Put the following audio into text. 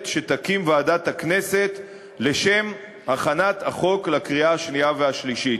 שתקים ועדת הכנסת לשם הכנת החוק לקריאה השנייה והשלישית.